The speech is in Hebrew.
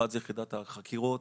אחת זאת יחידת החקירות.